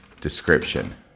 description